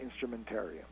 instrumentarium